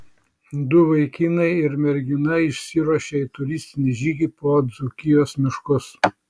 du vaikinai ir mergina išsiruošia į turistinį žygį po dzūkijos miškus